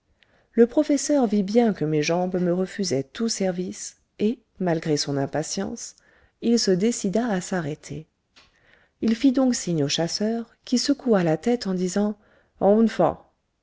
le professeur vit bien que mes jambes me refusaient tout service et malgré son impatience il se décida à s'arrêter il fit donc signe au chasseur qui secoua la tête en disant